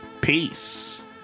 Peace